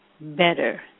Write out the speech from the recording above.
better